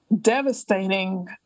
devastating